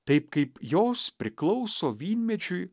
taip kaip jos priklauso vynmedžiui